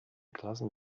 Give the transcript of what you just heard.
klassen